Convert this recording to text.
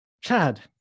Chad